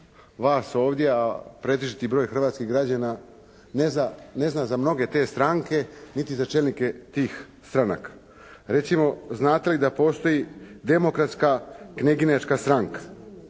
vas ovdje, a pretežiti broj hrvatskih građana ne zna za mnoge te stranke niti za čelnike tih stranaka. Recimo znate li da postoji Demokratska knjeginečka stranka?